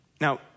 Now